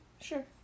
sure